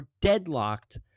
deadlocked